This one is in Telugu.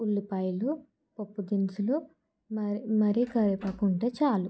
ఉల్లిపాయలు పప్పుదినుసులు మరి మరి కరివెపాకు ఉంటే చాలు